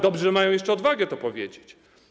Dobrze, że mają jeszcze odwagę to powiedzieć.